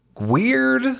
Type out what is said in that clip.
Weird